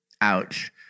Ouch